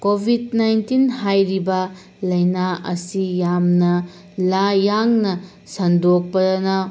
Covid nineteen ꯍꯥꯏꯔꯤꯕ ꯂꯩꯅꯥ ꯑꯁꯤ ꯌꯥꯝꯅ ꯌꯥꯡꯅ ꯁꯟꯗꯣꯛꯄꯅ